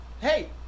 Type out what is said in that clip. Hey